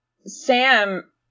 Sam